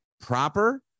proper